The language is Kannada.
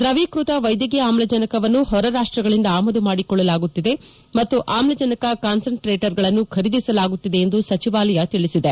ದ್ರವೀಕ್ಷತ ವೈದ್ಯಕೀಯ ಆಮ್ಲಜನಕವನ್ನು ಹೊರ ರಾಷ್ಟಗಳಿಂದ ಆಮದು ಮಾಡಿಕೊಳ್ಳಲಾಗುತ್ತಿದೆ ಮತ್ತು ಆಮ್ಲಜನಕ ಕಾನ್ಸಂಟ್ರೇಟರ್ಗಳನ್ನು ಖರೀದಿಸಲಾಗುತ್ತಿದೆ ಎಂದು ಸಚಿವಾಲಯ ತಿಳಿಸಿದೆ